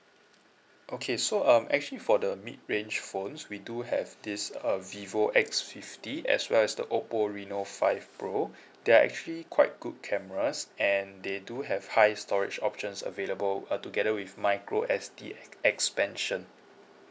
okay so um actually for the mid range phones we do have this uh vivo X fifty as well as the oppo reno five pro they are actually quite good cameras and they do have high storage options available uh together with micro S_D ex~ expansion